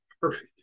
perfect